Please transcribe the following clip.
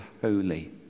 holy